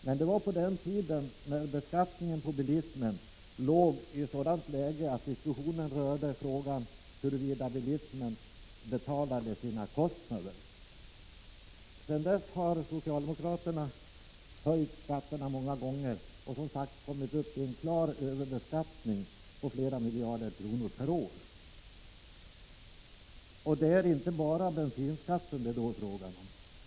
Men det var på den tiden beskattningen på bilismen låg på en sådan nivå att diskussionen rörde frågan hurvida bilismen betalade sina kostnader. Sedan dess har socialdemokraterna höjt skatterna många gånger och som sagt kommit upp i en klar överbeskattning på flera miljarder kronor per år. Det är inte bara bensinskatten det då är fråga om.